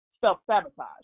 self-sabotage